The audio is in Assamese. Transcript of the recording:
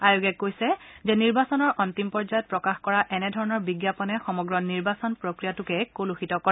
আয়োগে কৈছে যে নিৰ্বাচনৰ অন্তিম পৰ্যায়ত প্ৰকাশ কৰা এনেধৰণৰ বিজ্ঞাপনে সমগ্ৰ নিৰ্বাচন প্ৰক্ৰিয়াটোকে কলুষিত কৰে